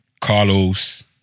Carlos